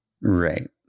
right